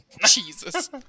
Jesus